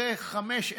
אחרי חמש,